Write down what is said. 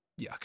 yuck